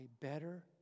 better